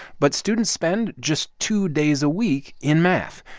but students spend just two days a week in math.